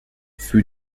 für